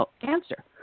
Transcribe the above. answer